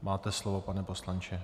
Máte slovo, pane poslanče.